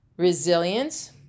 Resilience